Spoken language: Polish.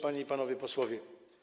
Panie i Panowie Posłowie!